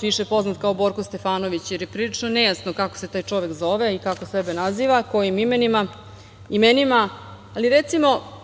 više poznat kao Borko Stefanović, jer je prilično nejasno kako se taj čovek zove i kako sebe naziva, kojim imenima. Recimo,